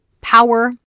power